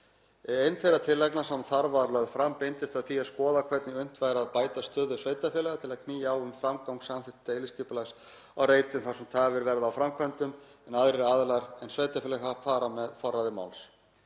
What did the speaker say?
Ein þeirra tillagna sem þar var lögð fram beindist að því að skoða hvernig unnt væri að bæta stöðu sveitarfélaga til að knýja á um framgang samþykkts deiliskipulags á reitum þar sem tafir verða á framkvæmdum en aðrir aðilar en sveitarfélög fara með forræði máls.